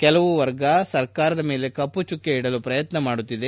ಕೆಲವು ವರ್ಗ ಸರಕಾರದ ಮೇಲೆ ಕಮ್ವ ಚುಕ್ಕೆ ಇಡಲು ಪ್ರಯತ್ನ ಮಾಡುತ್ತಿದೆ